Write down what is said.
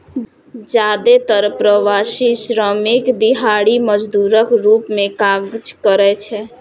जादेतर प्रवासी श्रमिक दिहाड़ी मजदूरक रूप मे काज करै छै